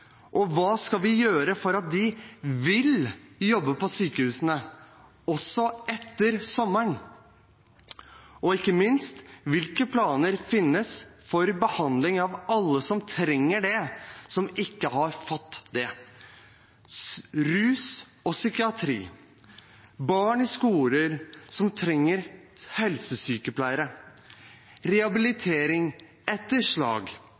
Hva skal vi gjøre for at de vil jobbe på sykehusene også etter sommeren? Ikke minst: Hvilke planer finnes for behandling av alle som trenger det, men som ikke har fått det? Det gjelder rus og psykiatri barn i skoler som trenger helsesykepleiere